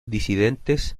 disidentes